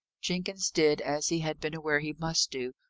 jenkins did as he had been aware he must do,